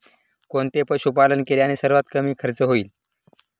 कोणते पशुपालन केल्याने सर्वात कमी खर्च होईल?